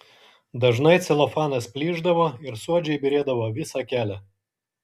dažnai celofanas plyšdavo ir suodžiai byrėdavo visą kelią